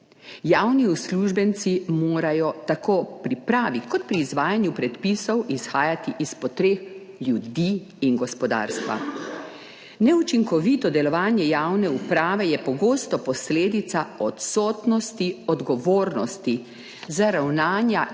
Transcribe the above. Javni uslužbenci morajo tako pripravi kot pri izvajanju predpisov izhajati iz potreb ljudi in gospodarstva. Neučinkovito delovanje javne uprave je pogosto posledica odsotnosti odgovornosti za ravnanja